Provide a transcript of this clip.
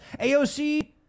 AOC